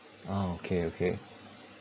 ah okay okay